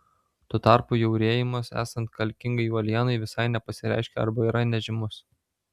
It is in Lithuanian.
tuo tarpu jaurėjimas esant kalkingai uolienai visai nepasireiškia arba yra nežymus